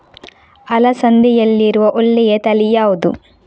ಅಲಸಂದೆಯಲ್ಲಿರುವ ಒಳ್ಳೆಯ ತಳಿ ಯಾವ್ದು?